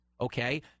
okay